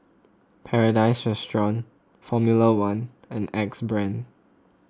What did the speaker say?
Paradise Restaurant formula one and Axe Brand